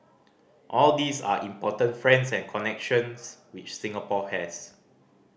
all these are important friends and connections which Singapore has